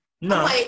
no